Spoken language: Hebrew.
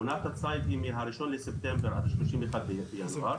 עונת הצייד היא מה-1 בספטמבר עד ה-31 בינואר,